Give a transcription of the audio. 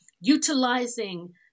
utilizing